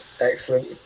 Excellent